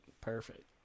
Perfect